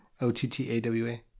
o-t-t-a-w-a